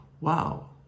wow